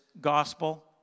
gospel